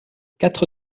quatre